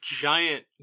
giant